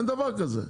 אין דבר כזה.